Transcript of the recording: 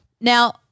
Now